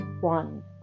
one